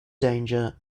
danger